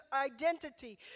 identity